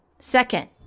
Second